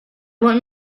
want